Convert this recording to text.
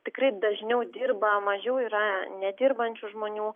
tikrai dažniau dirba mažiau yra nedirbančių žmonių